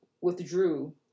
withdrew